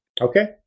Okay